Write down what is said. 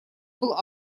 был